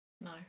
no